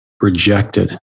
rejected